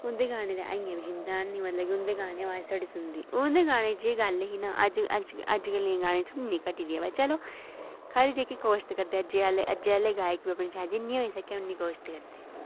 उं'दे गानें अजें बी जिंदा न मतलव कि उं'दे गाने होन तां उं'दी उं'दे गाने च एह् गल्ल ही की अज्ज गल्ल दे गाने च हून घट्टी दी पर चलो खरी कोश्ट करदे अज्जे अज्जकल दे गायक कोश्ट करदे जिन्नी होई सकै उन्नी कोश्ट करनी